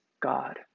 God